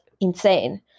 insane